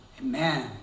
Amen